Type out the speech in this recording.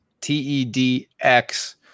T-E-D-X